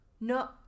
No